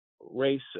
race